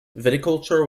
viticulture